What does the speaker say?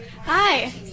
hi